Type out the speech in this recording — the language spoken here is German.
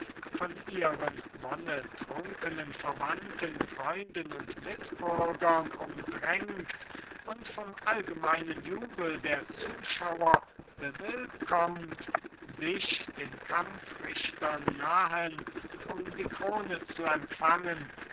von ihren wonnetrunkenen verwandten freunden und mitbürgern umdrängt und vom allgemeinen jubel der zuschauer bewillkommt sich den kampfrichtern nahen um die krone zu empfangen